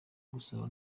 gusaba